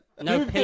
No